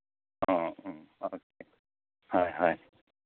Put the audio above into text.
ꯑꯣ ꯎꯝ ꯍꯣꯏ ꯍꯣꯏ